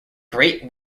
great